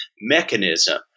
mechanism